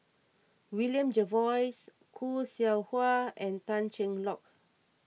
William Jervois Khoo Seow Hwa and Tan Cheng Lock